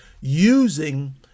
using